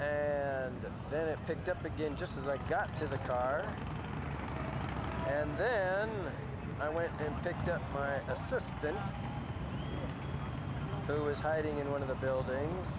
and then it picked up again just as i got to the car and then i went and picked up my assistant who was hiding in one of the buildings